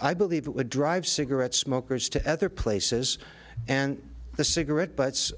i believe it would drive cigarette smokers to other places and the cigarette butts